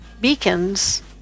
beacons